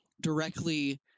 directly